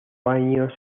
años